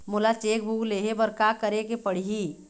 मोला cheque book लेहे बर का केरेक पढ़ही?